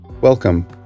Welcome